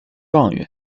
状元